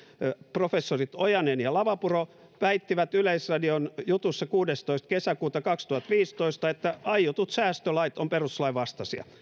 professorit ojanen ja lavapuro väitti yleisradion jutussa kuudestoista kesäkuuta kaksituhattaviisitoista että aiotut säästölait ovat perustuslain vastaisia